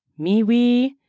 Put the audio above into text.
MeWe